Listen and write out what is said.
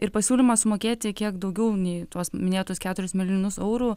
ir pasiūlymas sumokėti kiek daugiau nei tuos minėtus keturis milijonus eurų